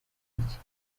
iki